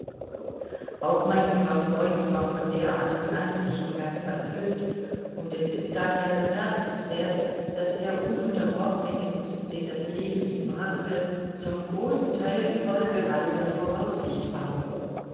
auch mein junger freund war von derartigen ansichten ganz erfüllt und es ist daher bemerkenswert daß der ununterbrochene genuß den das leben ihm brachte zum großen teil die folge weiser voraussicht war